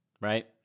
Right